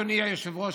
אדוני היושב-ראש,